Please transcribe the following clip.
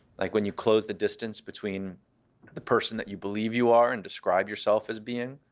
like when you close the distance between the person that you believe you are and describe yourself as being